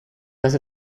was